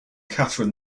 catherine